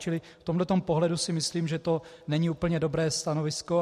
Čili v tomto pohledu si myslím, že to není úplně dobré stanovisko.